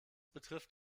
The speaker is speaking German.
betrifft